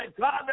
God